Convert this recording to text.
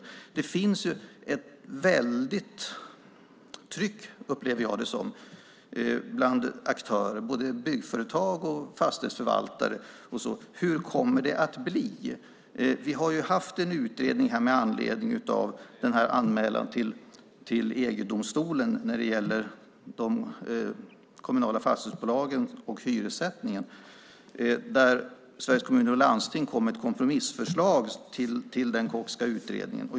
Jag upplever att det finns ett väldigt tryck från aktörer, både byggföretag och fastighetsförvaltare, att få veta hur det kommer att bli. Vi har ju haft en utredning med anledning av en anmälan till EG-domstolen om de kommunala fastighetsbolagen och hyressättningen, och Sveriges Kommuner och Landsting kom med ett kompromissförslag till den Kockska utredningen.